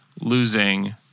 losing